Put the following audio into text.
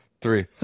three